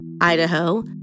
Idaho